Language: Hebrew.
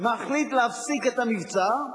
מחליט להפסיק את המבצע,